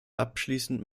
abschließend